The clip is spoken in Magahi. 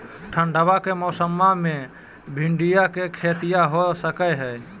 ठंडबा के मौसमा मे भिंडया के खेतीया हो सकये है?